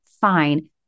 fine